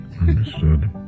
Understood